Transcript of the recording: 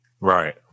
Right